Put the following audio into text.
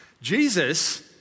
Jesus